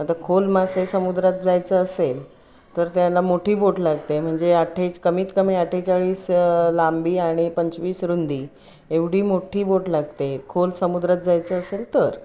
आता खोल मासे समुद्रात जायचं असेल तर त्याला मोठी बोट लागते म्हणजे आठे कमीतकमी अठ्ठेचाळीस लांबी आणि पंचवीस रुंदी एवढी मोठी बोट लागते खोल समुद्रात जायचं असेल तर